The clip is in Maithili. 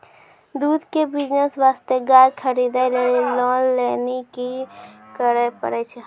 दूध के बिज़नेस वास्ते गाय खरीदे लेली लोन लेली की करे पड़ै छै?